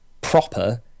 proper